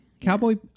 Cowboy